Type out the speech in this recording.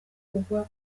kuvugwa